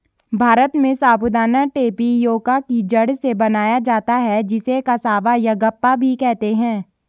भारत में साबूदाना टेपियोका की जड़ से बनाया जाता है जिसे कसावा यागप्पा भी कहते हैं